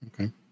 okay